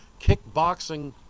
kickboxing